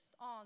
on